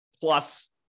plus